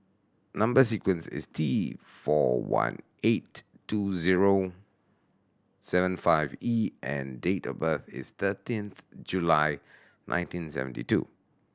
number sequence is T four one eight two zero seven five E and date of birth is thirteenth July nineteen seventy two